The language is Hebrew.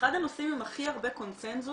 אחד הנושאים עם הכי הרבה קונצנזוס